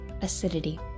Acidity